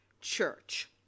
church